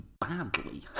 badly